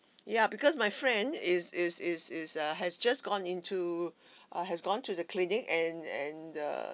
ya because my friend is is is is err has just gone into uh has gone to the clinic and and err